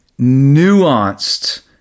nuanced